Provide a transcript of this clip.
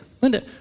Linda